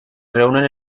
reúnen